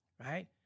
Right